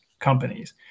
companies